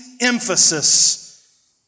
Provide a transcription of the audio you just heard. emphasis